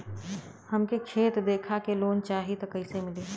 हमके खेत देखा के लोन चाहीत कईसे मिली?